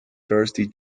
thirsty